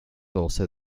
also